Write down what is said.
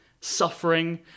suffering